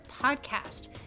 Podcast